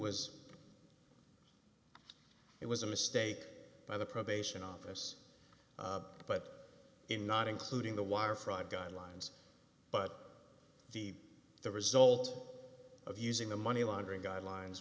was it was a mistake by the probation office but in not including the wire fraud guidelines but the the result of using the money laundering guidelines